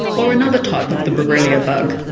or another type of the borrelia bug,